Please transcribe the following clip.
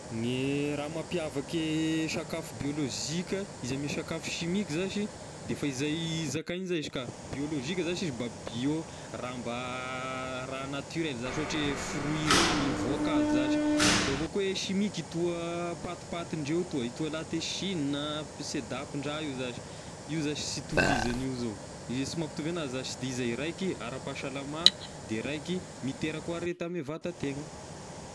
Ny raha mampiavaky sakafo bîôlozika izy ame sakafo simika zashy de efa izay zakay izay izy ka, biôlozika zashy izy mba biô raha mba raha naturel zashy ohatry hoe fruit regny voankazo zashy, da avao koa e simika toa patipaty ndreo toa, e toa la te Chine ah seedapn-draha io zashy, io zashy sy hitovizagny io zao, izay sy mampitovy anazy zashy de zay raiky ara-pahasalama de raiky miteraky ho arety ho ame vatategna.